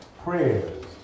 prayers